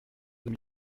deux